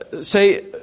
say